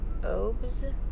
obes